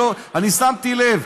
אני שמתי לב.